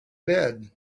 bed